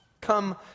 Come